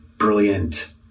brilliant